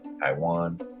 Taiwan